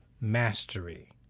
mastery